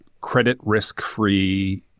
credit-risk-free